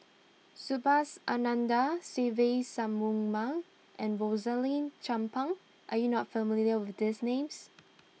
Subhas Anandan Se Ve Shanmugam and Rosaline Chan Pang are you not familiar with these names